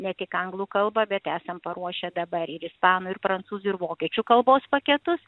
ne tik anglų kalbą bet esam paruošę dabar ir ispanų ir prancūzų ir vokiečių kalbos paketus